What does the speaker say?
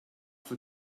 for